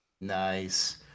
Nice